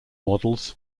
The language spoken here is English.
models